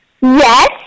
Yes